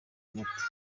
umuti